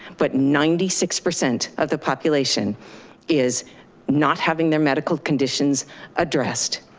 but ninety six percent of the population is not having their medical conditions addressed.